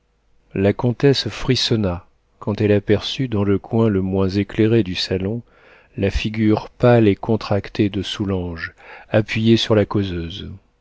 la comtesse frissonna quand elle aperçut dans le coin le moins éclairé du salon la figure pâle et contractée de soulanges appuyé sur la causeuse